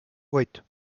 oito